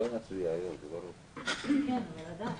יש ויסותים.